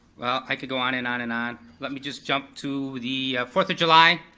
i could go on and on and on. let me just jump to the fourth of july